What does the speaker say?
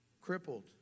crippled